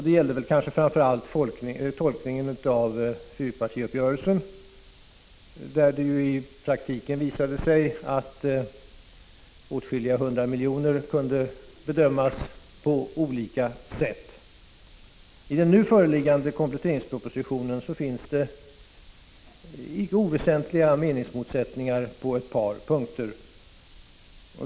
Det gällde framför allt tolkningen av fyrpartiuppgörelsen, där det i praktiken visade sig att användningen av åtskilliga hundra miljoner kunde bedömas på olika sätt. I den nu föreliggande kompletteringspropositionen finns det icke oväsentliga meningsmotsättningar på ett par punkter.